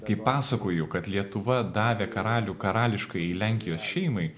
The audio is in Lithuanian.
kai pasakoju kad lietuva davė karalių karališkajai lenkijos šeimai